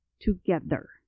together